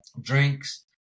drinks